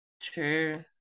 True